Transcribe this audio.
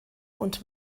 und